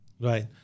Right